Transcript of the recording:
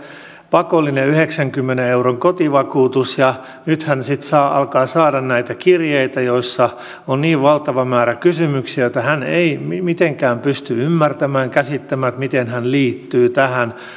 pakollinen yhdeksänkymmenen euron kotivakuutus alkaa sitten saada näitä kirjeitä joissa on valtava määrä kysymyksiä joita hän ei mitenkään pysty ymmärtämään käsittämään miten hän liittyy tähän